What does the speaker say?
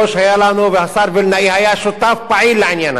היתה לנו, והשר וילנאי היה שותף פעיל לעניין הזה,